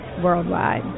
worldwide